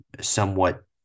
somewhat